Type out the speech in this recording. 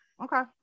Okay